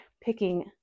picking